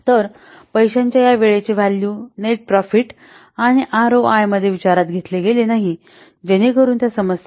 तर पैशांच्या या वेळेचे व्हॅल्यू नेट प्रॉफिट आणि आरओआय मध्ये विचारात घेतले गेले नाही जेणेकरून त्या समस्या आहेत